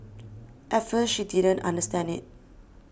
at first she didn't understand it